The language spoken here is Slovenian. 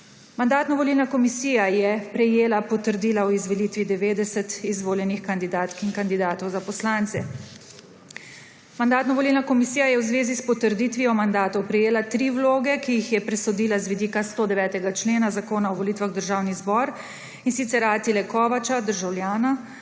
Mandatno-volilna komisija je prejela potrdila o izvolitvi 90 izvoljenih kandidatk in kandidatov za poslance. Mandatno-volilna komisija je v zvezi s potrditvijo mandatov prejela 3 vloge, ki jih je presodila z vidika 109. člena Zakona o volitvah v državni zbor, in sicer Attile Kovacsa, državljana,